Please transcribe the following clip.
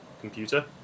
computer